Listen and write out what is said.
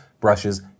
brushes